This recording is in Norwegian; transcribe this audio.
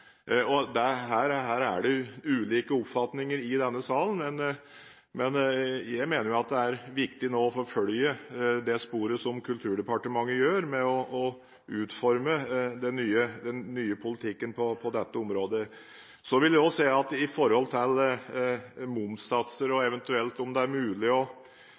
Her er det ulike oppfatninger i denne sal, men jeg mener det nå er viktig å forfølge det sporet, som Kulturdepartementet gjør, med å utforme den nye politikken på dette området. Når det gjelder momssatser og om det eventuelt er mulig å få gjennomslag for en redusert sats på e-aviser, for å bruke det